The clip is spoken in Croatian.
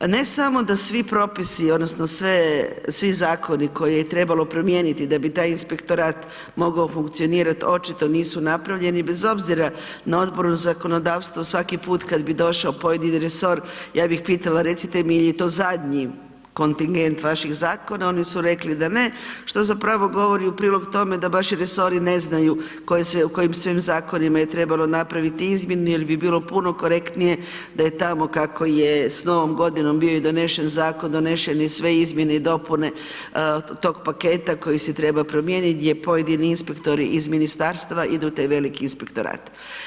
Ne samo da svi propisi odnosno svi zakoni koje je trebalo promijeniti da bi taj inspektorat mogao funkcionirati očito nisu napravljeni bez obzira na Odboru za zakonodavstvo, svaki put kad bi došao pojedini resor, ja bih pitala recite mi je li je to zadnji kontigent vaših zakona, oni su rekli da ne što zapravo govori u prilog tome da vaši resori ne znaju u kojim svim zakonima je trebalo napraviti izmjene jer bi bilo puno korektnije da je tamo kako je s novom godinom bio i donesen zakon, donešene sve izmjene i dopune tog paket koji se treba promijeniti gdje inspektori iz ministarstva idu u taj veliki inspektorat.